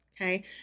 okay